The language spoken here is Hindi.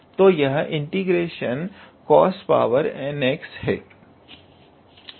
तो यह ∫ 𝑐𝑜𝑠𝑛𝑥 है